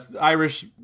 Irish